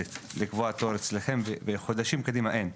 לקבוע תור אליכם וחודשים קדימה אין,